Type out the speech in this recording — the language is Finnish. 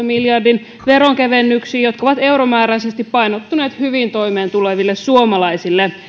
miljardin veronkevennyksiin jotka ovat euromääräisesti painottuneet hyvin toimeentuleville suomalaisille